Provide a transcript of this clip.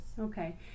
okay